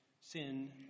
sin